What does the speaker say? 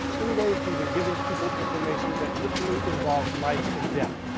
many days we've been giving people information that literally involves life and death.